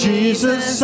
Jesus